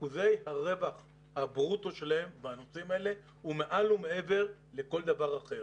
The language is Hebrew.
אחוזי רווח הברוטו שלהם במקרים האלה הוא מעל ומעבר לכל דבר אחר.